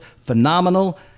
phenomenal